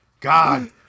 God